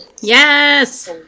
Yes